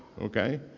Okay